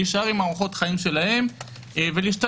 להישאר במערכות החיים שלהם ולהשתלב.